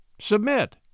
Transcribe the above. Submit